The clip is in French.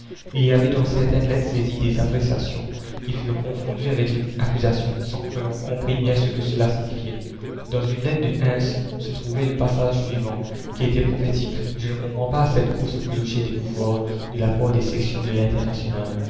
il y avait dans certaines lettres saisies des appréciations qui furent confondues avec les accusations sans que l'on comprît bien ce que cela signifiait dans une lettre de hins se trouvait le passage suivant qui était prophétique la commune je ne comprends pas cette course au clocher des pouvoirs de la part des sections de